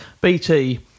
BT